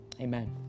Amen